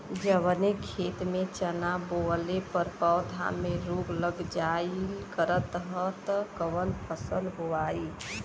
जवने खेत में चना बोअले पर पौधा में रोग लग जाईल करत ह त कवन फसल बोआई?